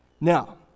Now